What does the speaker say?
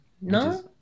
No